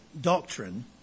doctrine